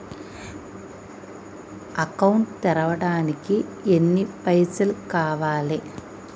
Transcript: Account తెరవడానికి ఎన్ని పైసల్ కావాలే?